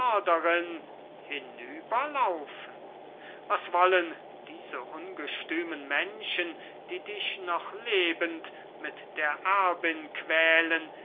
hinüberlaufen was wollen diese ungestümen menschen die dich noch lebend mit der erbin quälen